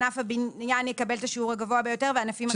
ענף הבניין יקבל את השיעור הגבוה ביותר וענפים אחרים פחות.